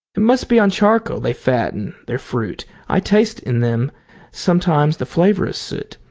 must be on charcoal they fatten their fruit. i taste in them sometimes the flavour of soot.